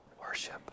Worship